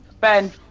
Ben